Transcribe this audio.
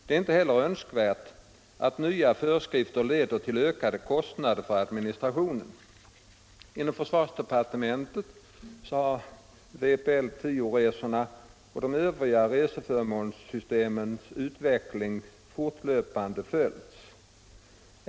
Det är inte heller önskvärt att nya föreskrifter leder till ökade kostnader för administration. Inom försvarsdepartementet har vpl 10 resorna och det övriga reseförmånssystemets utveckling fortlöpande följts.